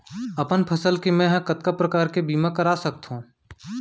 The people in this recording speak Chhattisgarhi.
अपन फसल के मै ह कतका प्रकार ले बीमा करा सकथो?